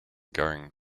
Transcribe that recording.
going